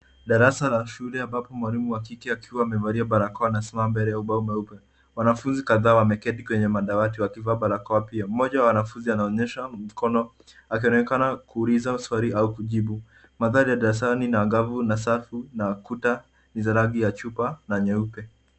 Darasa la shule ambapo mwalimu wa kike akiwa amevalia barakoa anasimama mbele ya ubao mweupe. Wanafunzi kadhaa wameketi kwenye madawati wakivaa barakoa pia. Mmoja wa wanafunzi anaonyesha mkono akionekana kuuliza swali au kujibu. Mandhari ya darasani ni angavu na safi na kuta ni za rangi ya chupa na nyeupe.